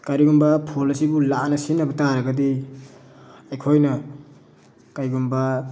ꯀꯔꯤꯒꯨꯝꯕ ꯐꯣꯟ ꯑꯁꯤꯕꯨ ꯂꯥꯟꯅ ꯁꯤꯖꯤꯟꯅꯕ ꯇꯥꯔꯒꯗꯤ ꯑꯩꯈꯣꯏꯅ ꯀꯩꯒꯨꯝꯕ